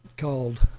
Called